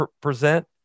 present